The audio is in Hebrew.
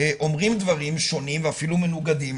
אומרים דברים שונים ואפילו מנוגדים.